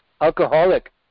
alcoholic